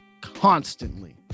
constantly